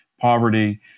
poverty